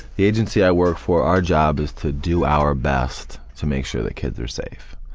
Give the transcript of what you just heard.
the agency i work for, our job is to do our best to make sure that kids are safe.